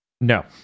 No